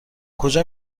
کجا